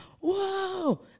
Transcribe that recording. whoa